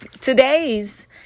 today's